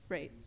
Right